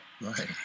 Right